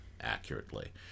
accurately